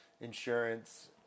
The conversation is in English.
insurance